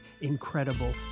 incredible